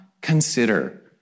consider